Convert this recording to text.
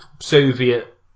Soviet